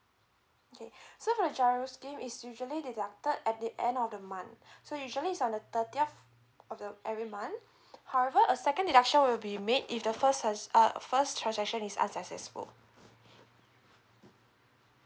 okay so for the GIRO scheme is usually deducted at the end of the month so usually is on the thirtieth of the every month however a second deduction will be made if the first tr~ uh first transaction is unsuccessful